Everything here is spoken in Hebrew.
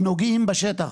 קרוב ל-60 איש נוגעים בשטח.